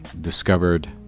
discovered